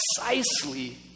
precisely